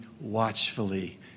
watchfully